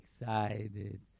excited